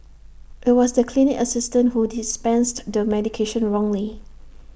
IT was the clinic assistant who dispensed the medication wrongly